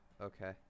okay